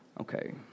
Okay